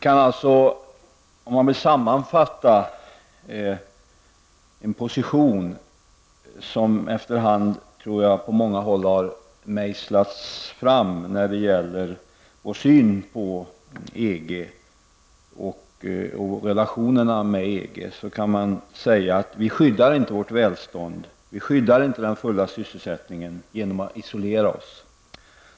För att sammanfatta den position som efterhand på många håll har mejslats fram när det gäller vår syn på EG och relationerna med EG, kan man säga att vi inte skyddar vårt välstånd och den fulla sysselsättningen genom att isolera oss.